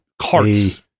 Carts